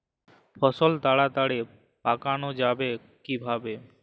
ফসল তাড়াতাড়ি পাকানো যাবে কিভাবে?